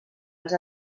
als